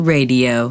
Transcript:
Radio